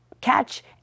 catch